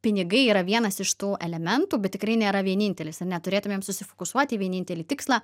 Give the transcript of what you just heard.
pinigai yra vienas iš tų elementų bet tikrai nėra vienintelis ir neturėtumėm susifokusuot į vienintelį tikslą